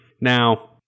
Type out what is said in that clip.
Now